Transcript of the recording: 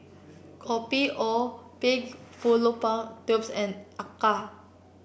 Kopi O Pig Fallopian Tubes and Acar